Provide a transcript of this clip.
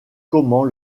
comment